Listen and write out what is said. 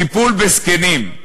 טיפול בזקנים,